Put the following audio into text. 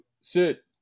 sit